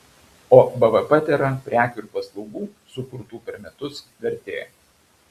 o bvp tėra prekių ir paslaugų sukurtų per metus vertė